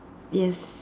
yes